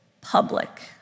public